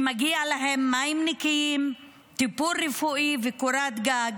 שמגיעים להם מים נקיים, טיפול רפואי וקורת ג.